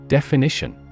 Definition